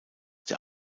der